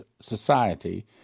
society